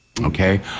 Okay